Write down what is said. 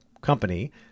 company